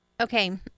okay